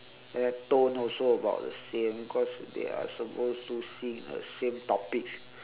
then tone also about the same because they are supposed to sing a same topic